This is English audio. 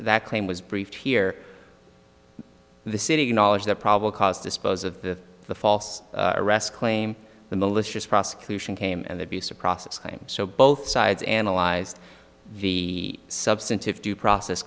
that claim was briefed here in the city you knowledge that probable cause dispose of the false arrest claim the malicious prosecution came and that piece of process so both sides analyzed the substantive due process